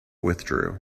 withdrew